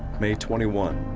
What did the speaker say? may twenty one,